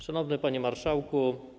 Szanowny Panie Marszałku!